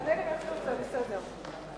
אתה לא ישבת פה